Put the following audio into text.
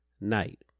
night